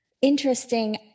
interesting